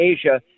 Asia